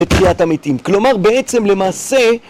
בתחיית המתים, כלומר בעצם למעשה